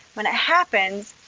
when it happens,